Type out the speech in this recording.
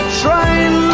train